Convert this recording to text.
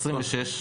על 26?